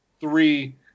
three –